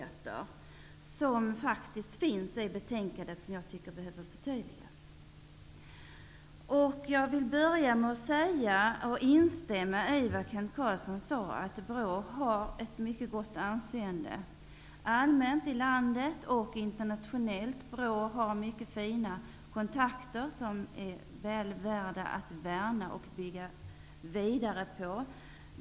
Det finns också oklarheter i betänkandet som behöver förtydligas. Jag vill börja med att instämma i det som Kent Carlsson sade. BRÅ har allmänt sett ett mycket gott anseende runt om i landet och internationellt. BRÅ har mycket goda kontakter som är värda att värna om och bygga vidare på.